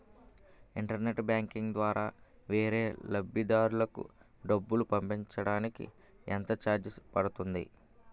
Internet banking ద్వారా వేరే లబ్ధిదారులకు డబ్బులు పంపించటానికి ఎంత ఛార్జ్ పడుతుంది?